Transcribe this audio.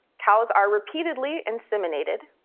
cows are repeatedly inseminated,